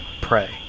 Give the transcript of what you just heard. pray